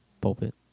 pulpit